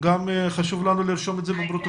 כי גם חשוב לנו לרשום את זה בפרוטוקול.